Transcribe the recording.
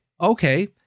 okay